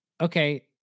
okay